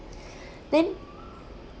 then